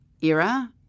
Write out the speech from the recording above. era